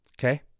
Okay